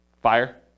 Fire